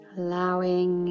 allowing